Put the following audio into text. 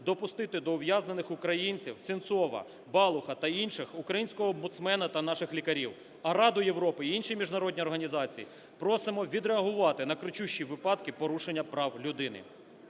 допустити до ув'язнених українців Сенцова, Балуха та інших українського омбудсмена та наших лікарів. А Раду Європи, інші міжнародні організації просимо відреагувати на кричущі випадки порушення прав людини.